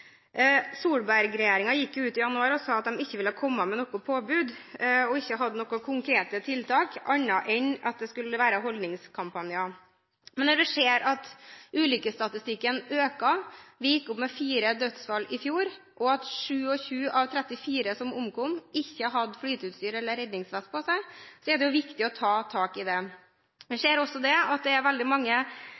i januar ut og sa at de ikke ville komme med noe påbud, og at de ikke hadde noen konkrete tiltak annet enn at det skulle være holdningskampanjer. Men når vi ser at ulykkesstatistikken øker – den gikk opp med fire dødsfall i fjor – og at 27 av 34 som omkom, ikke hadde flyteutstyr eller redningsvest på seg, er det viktig å ta tak i det. Jeg ser også at det er veldig mange